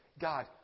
God